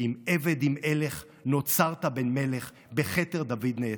"אם עבד אם הלך נוצרת בן מלך, בכתר דוד נעטר".